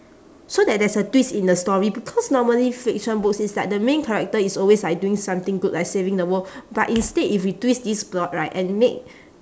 so that there's a twist in the story because normally fiction books is like the main character is always like doing something good like saving the world but instead if we twist this plot right and make